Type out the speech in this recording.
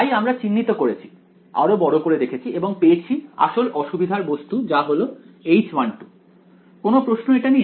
তাই আমরা চিহ্নিত করেছি আরো বড় করে দেখেছি এবং পেয়েছি আসল অসুবিধার বস্তু যা হল H1 কোনও প্রশ্ন এটা নিয়ে